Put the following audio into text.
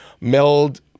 meld